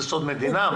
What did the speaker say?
זה סוד מדינה?